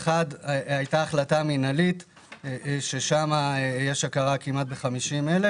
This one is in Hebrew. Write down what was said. הייתה החלטה מינהלית שהכירה כמעט ב-50,000,